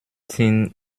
sind